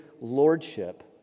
Lordship